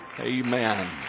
Amen